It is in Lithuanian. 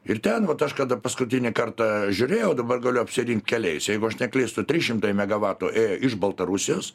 ir ten vat aš kada paskutinį kartą žiūrėjau dabar galiu apsirinkt keliais jeigu aš neklystu trys šimtai megavatų iš baltarusijos